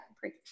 Great